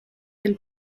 del